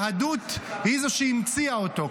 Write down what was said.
היהדות היא זו שהמציאה אותו.